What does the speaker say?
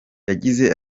yagize